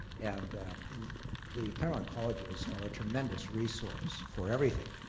and the claremont colleges are a tremendous resource for everything,